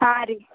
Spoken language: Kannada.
ಹಾಂ ರಿ